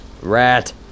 Rat